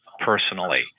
personally